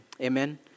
Amen